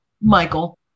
Michael